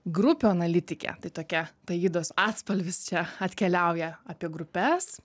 grupių analitikė tai tokia taidos atspalvis čia atkeliauja apie grupes